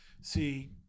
see